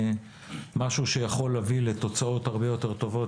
משהו שיכול להביא לתוצאות הרבה יותר טובות.